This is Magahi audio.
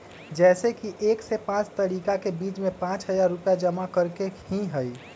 जैसे कि एक से पाँच तारीक के बीज में पाँच हजार रुपया जमा करेके ही हैई?